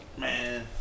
man